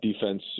Defense